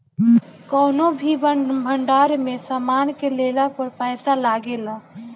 कौनो भी भंडार में सामान के लेला पर पैसा लागेला